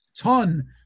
ton